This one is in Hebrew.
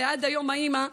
ועד היום האימא,